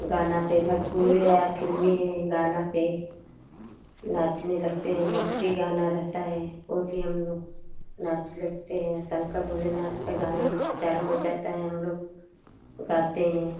गाना पर भोजपुरी है या फिल्मी है गाना पर नाचने लगते हैं भक्ति गाना रहता है वो भी हम लोग नाच लगते हैं शंकर भोलेनाथ का गाना चालू हो जाता है हम लोग गाते हैं